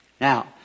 Now